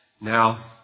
Now